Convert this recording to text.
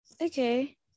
Okay